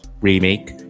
remake